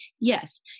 yes